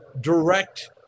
direct